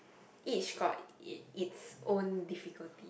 each got it is own difficulty